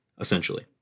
essentially